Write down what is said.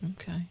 Okay